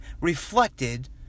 reflected